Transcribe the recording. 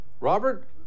Robert